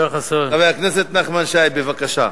חבר הכנסת נחמן שי, בבקשה.